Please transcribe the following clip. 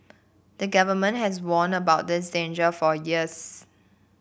the Government has warned about this danger for years